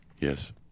Yes